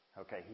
Okay